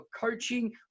coaching